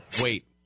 wait